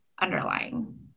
underlying